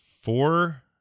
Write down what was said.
Four